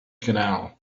canal